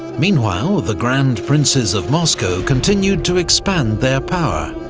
meanwhile, ah the grand princes of moscow continued to expand their power,